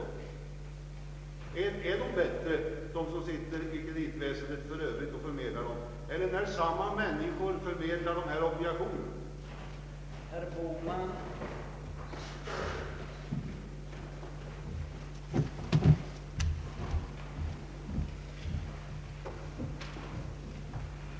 Är de personer bättre som förmedlar krediter i kreditinstituten i övrigt än de personer som förmedlar de obligationer jag här nämnt?